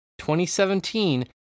2017